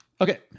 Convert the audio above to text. Okay